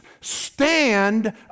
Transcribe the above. stand